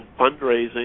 fundraising